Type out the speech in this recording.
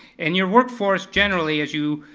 and your work force, generally, as you,